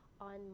on